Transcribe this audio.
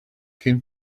came